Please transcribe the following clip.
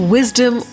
Wisdom